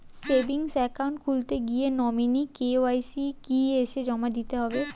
Savings account খুলতে গিয়ে nominee KYC কি এসে জমা দিতে হবে?